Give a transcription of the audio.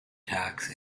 tax